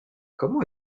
comment